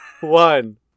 one